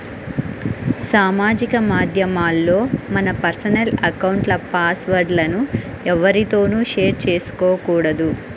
సామాజిక మాధ్యమాల్లో మన పర్సనల్ అకౌంట్ల పాస్ వర్డ్ లను ఎవ్వరితోనూ షేర్ చేసుకోకూడదు